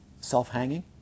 self-hanging